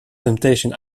temptation